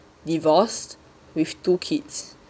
divorced with two kids